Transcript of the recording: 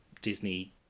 Disney